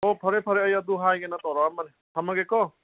ꯑꯣ ꯐꯔꯦ ꯐꯔꯦ ꯑꯩ ꯑꯗꯨ ꯍꯥꯏꯒꯦꯅ ꯇꯧꯔꯛꯂꯝꯕꯅꯤ ꯊꯝꯃꯒꯦꯀꯣ